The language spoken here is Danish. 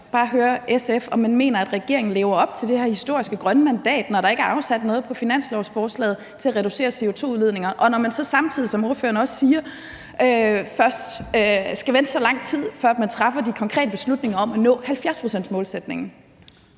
bare høre SF, om man mener, at regeringen lever op til det her historiske grønne mandat, når der ikke er afsat noget i finanslovsforslaget til at reducere CO2-udledningerne, og når vi samtidig, som ordføreren også siger, skal vente så lang tid, før man træffer de konkrete beslutninger om at nå 70-procentsmålsætningen.